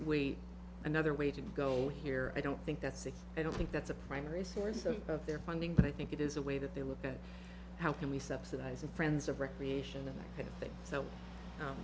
way another way to go here i don't think that's it i don't think that's a primary source of their funding but i think it is a way that they look at how can we subsidize a friends of recreation